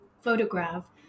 photograph